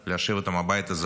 כדי להשיב אותם הביתה.